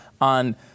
on